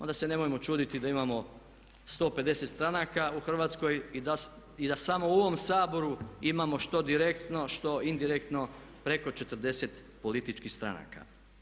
Onda se nemojmo čuditi da imamo 150 stranaka u Hrvatskoj i da samo u ovom Saboru imamo što direktno, što indirektno preko 40 političkih stranaka.